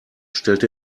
stellt